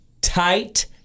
tight